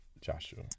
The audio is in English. Joshua